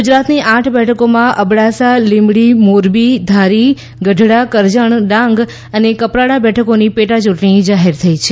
ગુજરાતની આઠ બેઠકોમાં અબડાસા લીમડી મોરબી ધારી ગઢડા કરજણ ડાંગ અને કપરાડા બેઠકોની પેટા ચૂંટણી જાહેર થઈ છે